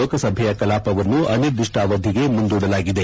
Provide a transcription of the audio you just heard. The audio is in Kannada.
ಲೋಕಸಭೆಯ ಕಲಾಪವನ್ನು ಅನಿರ್ದಿಷ್ಲ ಅವಧಿಗೆ ಮುಂದೂಡಲಾಗಿದೆ